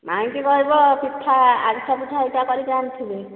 ମାଇଁକୁ କହିବ ପିଠା ଆରିଶା ପିଠା ହେରିକା କରିକି ଆଣିଥିବେ